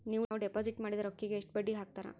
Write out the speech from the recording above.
ನಾವು ಡಿಪಾಸಿಟ್ ಮಾಡಿದ ರೊಕ್ಕಿಗೆ ಎಷ್ಟು ಬಡ್ಡಿ ಹಾಕ್ತಾರಾ?